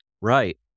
Right